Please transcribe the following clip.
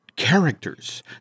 Characters